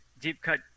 deep-cut